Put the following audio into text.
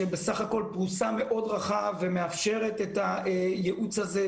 שבסך הכול פרוסה רחב מאוד ומאפשרת את הייעוץ הזה,